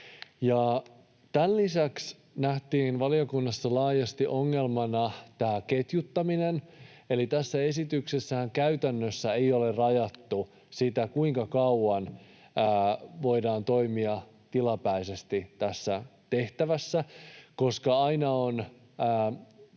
Tämän lisäksi valiokunnassa nähtiin laajasti ongelmana ketjuttaminen. Eli tässä esityksessähän käytännössä ei ole rajattu sitä, kuinka kauan voidaan toimia tilapäisesti tässä tehtävässä, koska aina